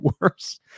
worse